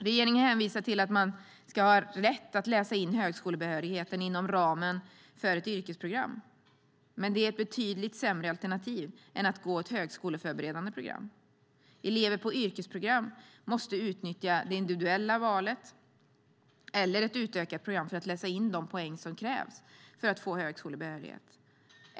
Regeringen hänvisar till att man ska ha rätt att läsa in högskolebehörigheten inom ramen för ett yrkesprogram, men det är ett betydligt sämre alternativ än att gå ett högskoleförberedande program. Elever på yrkesprogram måste utnyttja det individuella valet eller ett utökat program för att läsa in de poäng som krävs för att få högskolebehörighet.